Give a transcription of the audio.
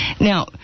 Now